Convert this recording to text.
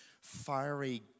fiery